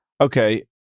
Okay